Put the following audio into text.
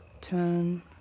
turn